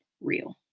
real